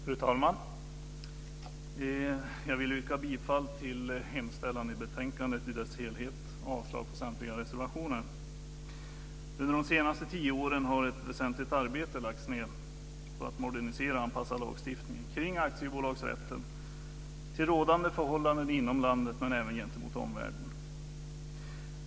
Fru talman! Jag vill yrka bifall till hemställan i betänkandet i dess helhet och avslag på samtliga reservationer. Under de senaste tio åren har ett väsentligt arbete lagts ned på att modernisera och anpassa lagstiftningen kring aktiebolagsrätten till rådande förhållanden inom landet - men även gentemot omvärlden.